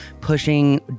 pushing